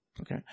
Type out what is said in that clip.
Okay